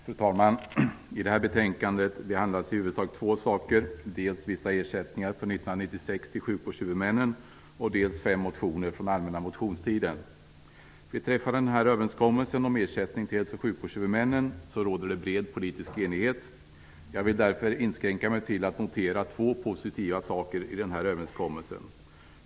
Fru talman! I detta betänkande behandlas i huvudsak två saker, dels vissa ersättningar för 1996 till sjukvårdshuvudmännen, dels fem motioner från allmänna motionstiden. Beträffande överenskommelsen om ersättningen till sjukvårdshuvudmännen råder det bred politisk enighet. Jag vill därför inskränka mig till att notera två positiva saker i överenskommelsen.